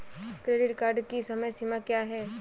Credit card की समय सीमा क्या है?